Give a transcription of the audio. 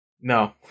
No